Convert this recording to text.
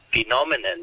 phenomenon